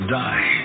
die